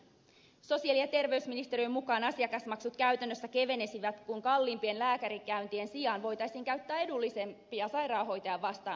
sosiaali ja terveysministeriön mukaan asiakasmaksut käytännössä kevenisivät kun kalliimpien lääkärikäyntien sijaan voitaisiin käyttää edullisempia sairaanhoitajan vastaanottoja